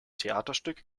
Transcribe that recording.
theaterstück